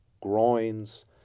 groins